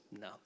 no